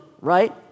right